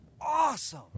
Awesome